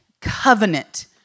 covenant